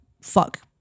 fuck